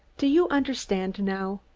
do you understand now?